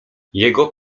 jego